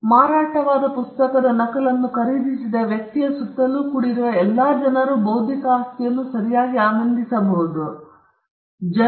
ಆದ್ದರಿಂದ ಮಾರಾಟವಾದ ಪುಸ್ತಕದ ನಕಲನ್ನು ಖರೀದಿಸಿದ ವ್ಯಕ್ತಿಯ ಸುತ್ತಲೂ ಕೂಡಿರುವ ಎಲ್ಲ ಜನರು ಬೌದ್ಧಿಕ ಆಸ್ತಿಯನ್ನು ಸರಿಯಾಗಿ ಆನಂದಿಸುತ್ತಾರೆ